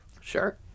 sure